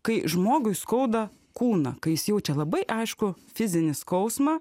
kai žmogui skauda kūną kai jis jaučia labai aiškų fizinį skausmą